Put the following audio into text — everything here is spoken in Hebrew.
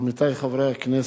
עמיתי חברי הכנסת,